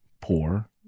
poor